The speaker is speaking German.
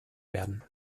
werden